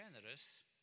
generous